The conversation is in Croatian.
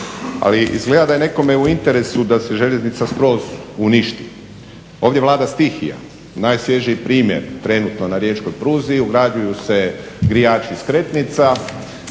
Ali izgleda da je nekome u interesu da se željeznica skroz uništi. Ovdje vlada stihija. Najsvježiji primjer, trenutno na riječkoj pruzi ugrađuju se grijači skretnica,